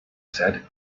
said